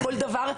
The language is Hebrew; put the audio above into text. כל דבר,